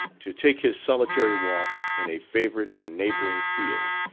to take his solitary walk in a favourite and neighbouring field,